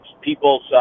people's